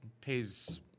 pays